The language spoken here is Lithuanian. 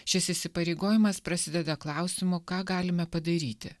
šis įsipareigojimas prasideda klausimu ką galime padaryti